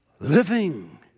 living